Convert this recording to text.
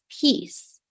peace